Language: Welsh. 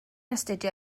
astudio